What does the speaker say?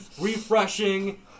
refreshing